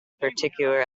particular